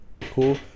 Cool